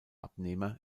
abnehmer